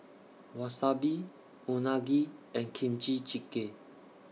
Wasabi Unagi and Kimchi Jjigae